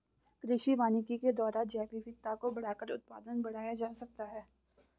कृषि वानिकी के द्वारा जैवविविधता को बढ़ाकर उत्पादन बढ़ाया जा सकता है